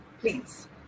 please